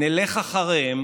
נלך אחריהם